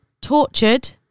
tortured